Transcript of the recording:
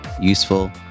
useful